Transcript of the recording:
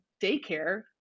daycare